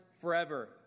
forever